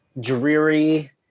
dreary